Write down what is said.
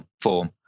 form